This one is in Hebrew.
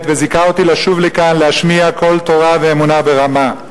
וזיכה אותי לשוב לכאן להשמיע קול תורה ואמונה ברמה.